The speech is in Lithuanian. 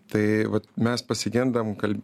tai vat mes pasigendam kal